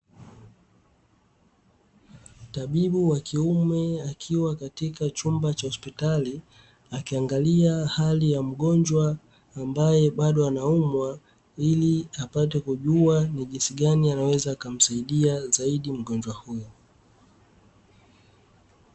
Tabibu wa kiume, akiwa katika chumba cha hospitali, akiangalia hali ya mgonjwa ambaye bado anaumwa ili apate kujua ni jinsi gani anaweza kumsaidia mgonjwa huyo.